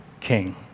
King